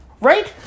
Right